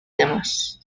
demás